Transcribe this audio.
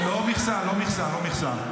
לא מכסה, לא מכסה.